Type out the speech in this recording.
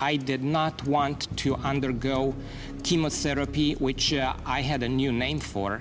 i did not want to undergo chemotherapy which i had a new name for